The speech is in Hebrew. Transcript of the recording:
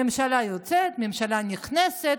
ממשלה יוצאת, ממשלה נכנסת,